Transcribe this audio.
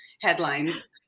headlines